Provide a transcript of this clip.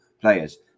players